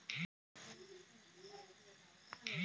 अखरोट एक सूखा मेवा है जो ठन्डे इलाकों में पैदा होता है